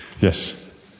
Yes